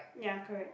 ya correct